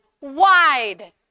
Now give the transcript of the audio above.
wide